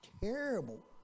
terrible